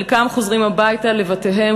חלקם חוזרים הביתה לבתיהם,